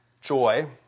joy